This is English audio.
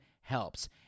helps